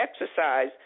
exercise